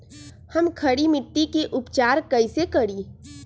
हम खड़ी मिट्टी के उपचार कईसे करी?